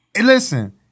listen